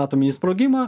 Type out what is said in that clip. atominį sprogimą